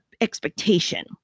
expectation